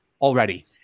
already